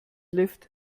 lift